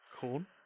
corn